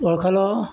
वळखलो